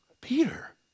Peter